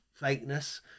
fakeness